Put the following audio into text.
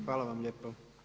Hvala vam lijepo.